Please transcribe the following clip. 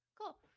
cool